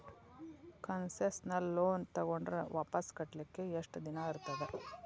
Concessional loan ತಗೊಂಡ್ರ್ ವಾಪಸ್ ಕಟ್ಲಿಕ್ಕೆ ಯೆಷ್ಟ್ ದಿನಾ ಇರ್ತದ?